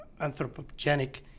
anthropogenic